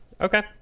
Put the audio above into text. Okay